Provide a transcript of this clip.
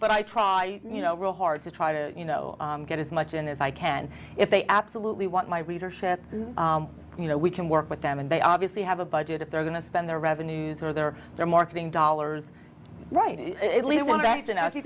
but i try you know real hard to try to you know get as much in as i can if they absolutely want my readership you know we can work with them and they obviously have a budget if they're going to spend their revenues or their their marketing dollars right